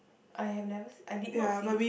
I have never see I did not see